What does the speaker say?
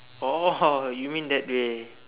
orh you mean that way